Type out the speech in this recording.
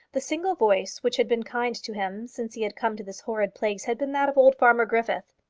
the single voice which had been kind to him since he had come to this horrid place had been that of old farmer griffith.